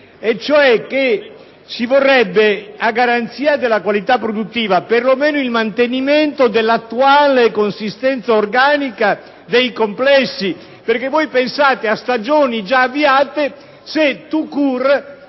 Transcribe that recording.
in sostanza si vorrebbe, a garanzia della qualità produttiva, perlomeno il mantenimento dell'attuale consistenza organica dei complessi stabili. Pensate se, a stagioni già avviate,